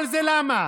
כל זה למה?